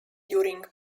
during